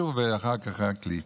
ורק אחר כך לי,